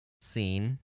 scene